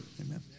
Amen